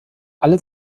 all